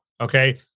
Okay